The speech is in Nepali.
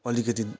अलिकति